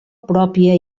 pròpia